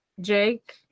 Jake